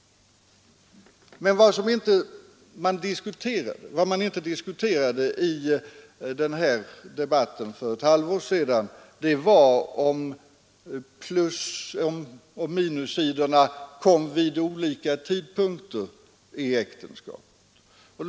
Men vad man inte diskuterade i den här debatten för ett halvår sedan var om plusoch minussidorna kom vid olika tidpunkter i äktenskapet.